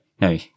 No